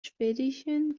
schwedischen